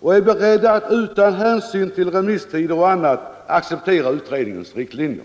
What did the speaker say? och är beredda att utan hänsyn till remisstider och annat acceptera utredningens riktlinjer.